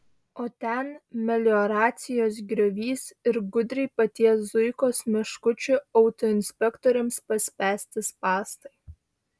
o ten melioracijos griovys ir gudriai paties zuikos meškučių autoinspektoriams paspęsti spąstai